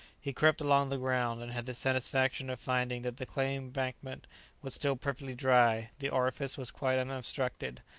he crept along the ground and had the satisfaction of finding that the clay embankment was still perfectly dry the orifice was quite unobstructed,